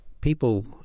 people